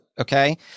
Okay